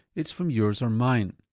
it's from yours or mine.